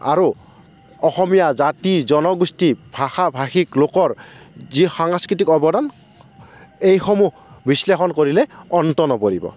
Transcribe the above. আৰু অসমীয়া জাতি জনগোষ্ঠী ভাষা ভাষিক লোকৰ যি সাংস্কৃতিক অৱদান এইসমূহ বিশ্লেষণ কৰিলে অন্ত নপৰিব